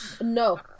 No